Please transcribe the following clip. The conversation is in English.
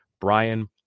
Brian